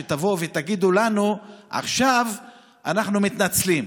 שתבואו ותגידו לנו: עכשיו אנחנו מתנצלים.